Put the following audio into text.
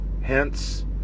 hence